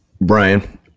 Brian